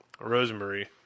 Rosemary